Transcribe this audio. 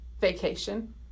vacation